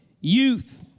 youth